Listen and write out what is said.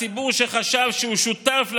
הציבור, שחשב שהוא שותף למלחמה,